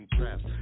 traps